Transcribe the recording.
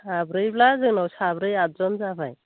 साब्रैब्ला जोंनाव साब्रै आथज'न जाबाय